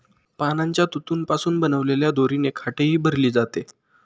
पानांच्या तंतूंपासून बनवलेल्या दोरीने खाटही भरली जाते